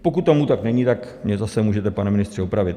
Pokud tomu tak není, zase mě můžete, pane ministře, opravit.